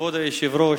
כבוד היושב-ראש,